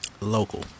Local